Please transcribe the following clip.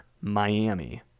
Miami